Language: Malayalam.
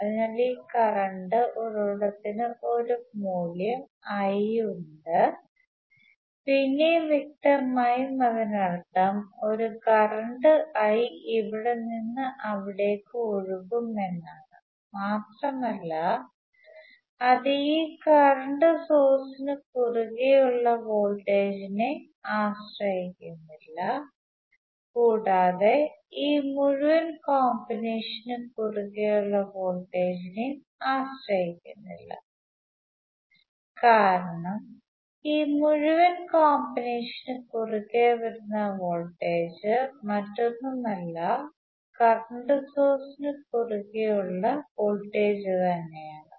അതിനാൽ ഈ കറണ്ട് ഉറവിടത്തിന് ഒരു മൂല്യം I ഉണ്ട് പിന്നെ വ്യക്തമായും അതിനർത്ഥം ഒരു കറന്റ് I ഇവിടെ നിന്ന് അവിടേക്ക് ഒഴുകും എന്നാണ് മാത്രമല്ല അത് ഈ കറണ്ട് സോഴ്സ് നു കുറുകെ ഉള്ള വോൾടേജ് നെ ആശ്രയിക്കുന്നില്ല കൂടാതെ ഈ മുഴുവൻ കോമ്പിനേഷൻ നു കുറുകെ ഉള്ള വോൾടേജ് നേം ആശ്രയിക്കുന്നില്ല കാരണം ഈ മുഴുവൻ കോംബിനേഷന് കുറുകെ വരുന്ന വോൾടേജ് മറ്റൊന്നും അല്ല കറണ്ട് സോഴ്സ് നു കുറുകെ ഉള്ള വോൾടേജ് തന്നെ ആണ്